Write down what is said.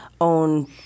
own